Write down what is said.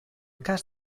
cas